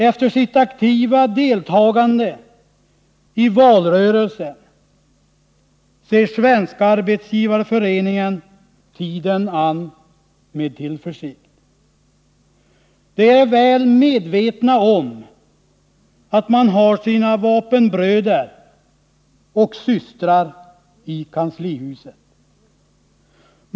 Efter sitt aktiva deltagande i valrörelsen ser Svenska arbetsgivareföreningen tiden an med tillförsikt. Där är man väl medveten om att man harsina vapenbröder och systrar i kanslihuset.